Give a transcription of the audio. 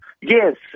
Yes